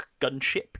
gunship